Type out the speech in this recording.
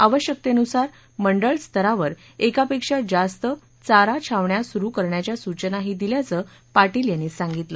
आवश्यकतेनुसार मंडळ स्तरावर एकापेक्षा जास्त चारा छावण्या सुरु करण्याच्या सूचनाही दिल्याचं पाटील यांनी सांगितलं